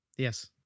Yes